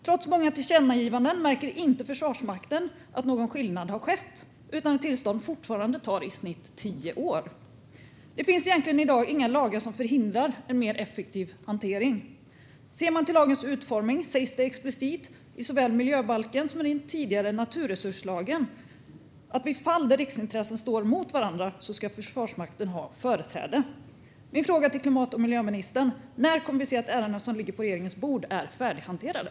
Trots många tillkännagivanden märker Försvarsmakten ingen skillnad, utan en tillståndsprocess tar fortfarande i snitt tio år. Det finns egentligen inga lagar som förhindrar en mer effektiv hantering. Ser man till lagens utformning sägs det explicit såväl i miljöbalken som i den tidigare naturresurslagen att i de fall där riksintressen står mot varandra ska Försvarsmakten ha företräde. Min fråga till klimat och miljöministern är: När kommer vi att se att de ärenden som ligger på regeringens bord är färdighanterade?